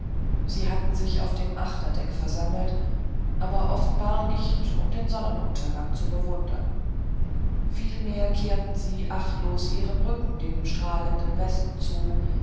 sie hatten sich auf dem achterdeck versammelt aber offenbar nicht um den sonnenuntergang zu bewundern vielmehr kehrten sie achtlos ihren rücken dem strahlenden westen zu